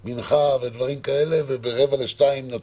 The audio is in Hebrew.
13:15.